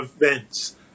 events